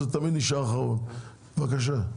בבקשה.